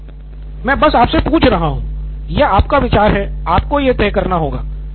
professor मैं बस आपसे पूछ रहा हूं यह आपका विचार है आपको यह तय करना होगा